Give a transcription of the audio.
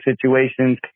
situations